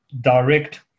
direct